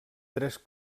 tres